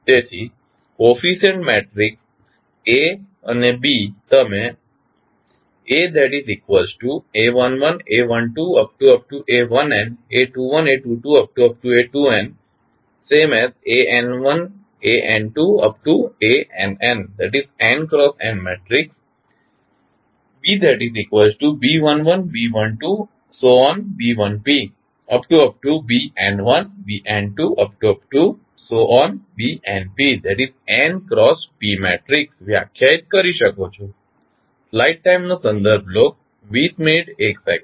તેથી coefficient matrix A અને B તમે વ્યાખ્યાયિત કરી શકો છો